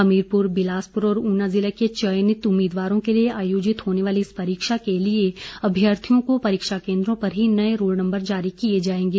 हमीरपुर बिलासपुर और ऊना जिला के चयनित उम्मीदवारों के लिए आयोजित होने वाली इस परीक्षा के लिए अभियर्थियों को परीक्षा केंद्रों पर ही नए रोल नंबर जारी किये जायेंगे